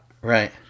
Right